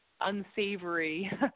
unsavory